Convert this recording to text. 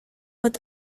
but